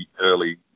early